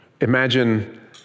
Imagine